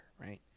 right